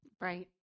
right